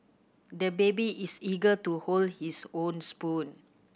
the baby is eager to hold his own spoon